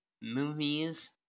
movies